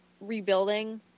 rebuilding